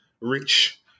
Rich